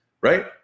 right